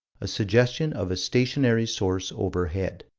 a suggestion of a stationary source overhead